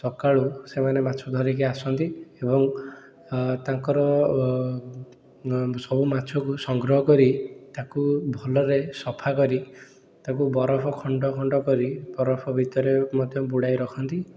ସକାଳୁ ସେମାନେ ମାଛ ଧରିକି ଆସନ୍ତି ଏବଂ ତାଙ୍କର ସବୁ ମାଛକୁ ସଂଗ୍ରହ କରି ତାକୁ ଭଲରେ ସଫା କରି ତାକୁ ବରଫ ଖଣ୍ଡ ଖଣ୍ଡ କରି ବରଫ ଭିତରେ ମଧ୍ୟ ବୁଡ଼ାଇ ରଖନ୍ତି